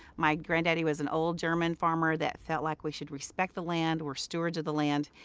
my granddaddy was an old german farmer that felt like we should respect the land, we're stewards of the land,